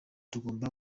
tugomba